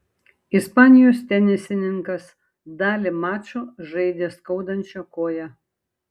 ispanijos tenisininkas dalį mačo žaidė skaudančia koja